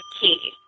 key